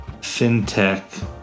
fintech